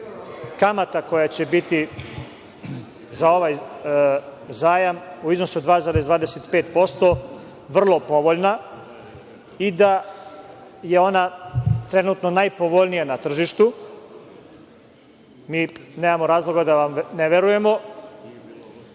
kamata koja će biti za ovaj zajam u iznosu od 2,25% vrlo povoljna i da je ona trenutno najpovoljnija na tržištu, mi nemamo razloga da ne verujemo,